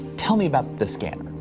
tell me about the scanner.